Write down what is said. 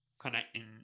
connecting